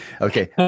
Okay